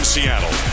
Seattle